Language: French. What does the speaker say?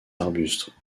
arbustes